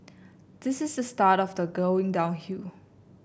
this is a start of the going downhill